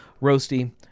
roasty